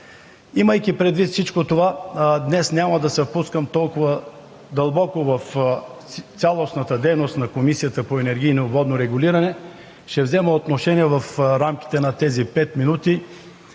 Имайки предвид всичко това, днес няма да се впускам толкова дълбоко в цялостната дейност на Комисията по енергийно и водно регулиране. Ще взема отношение в рамките на тези пет минути